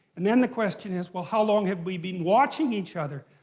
and then the question is well how long have we been watching each other?